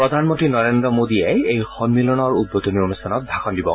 প্ৰধানমন্ত্ৰী নৰেন্দ্ৰ মোডীয় এই সম্মিলনৰ উদ্বোধনী অনুষ্ঠানত ভাষণ দিব